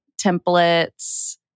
templates